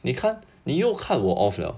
你看你又看我 off liao